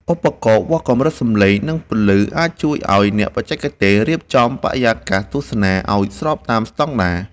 ឧបករណ៍វាស់កម្រិតសំឡេង និងពន្លឺ អាចជួយឱ្យអ្នកបច្ចេកទេសរៀបចំបរិយាកាសទស្សនាឱ្យស្របតាមស្ដង់ដារ។